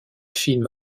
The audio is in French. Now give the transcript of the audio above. film